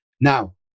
Now